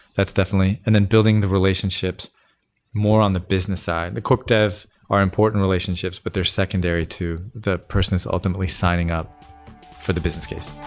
that's definitely. and then building the relationships more on the business side. the corp dev are important relationships, but they're secondary to the persons ultimately signing up for the business case.